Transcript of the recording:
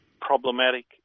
problematic